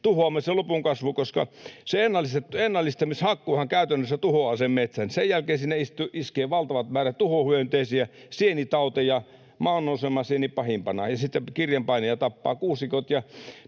tuhoamme sen lopun kasvun, koska se ennallistamishakkuuhan käytännössä tuhoaa sen metsän. Sen jälkeen sinne iskee valtavat määrät tuhohyönteisiä, sienitauteja, maannousemasieni pahimpana, ja sitten kirjanpainaja tappaa kuusikot